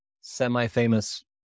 semi-famous